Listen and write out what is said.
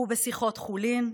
הוא בשיחות חולין,